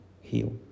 heal